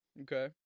Okay